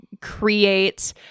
create